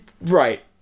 Right